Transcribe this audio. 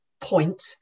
point